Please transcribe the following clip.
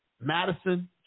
madison